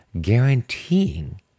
guaranteeing